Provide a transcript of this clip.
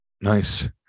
Nice